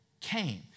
came